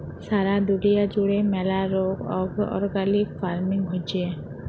সারা দুলিয়া জুড়ে ম্যালা রোক অর্গ্যালিক ফার্মিং হচ্যে